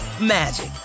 magic